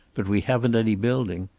but we haven't any building.